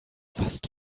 fast